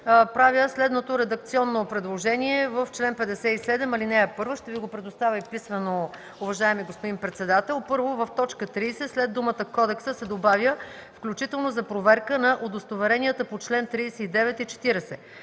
правя следното редакционно предложение в чл. 57, ал. 1. Ще Ви го предоставя и писмено, уважаеми господин председател. „1. В т. 30 след думата „кодекса” се добавя „включително за проверка на удостоверенията по чл. 39 и 40”.